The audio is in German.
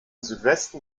südwesten